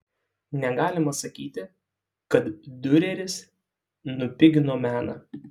negalima sakyti kad diureris nupigino meną